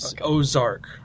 Ozark